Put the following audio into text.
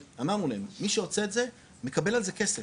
אמרנו להם מי שעושה את זה מקבל על זה כסף,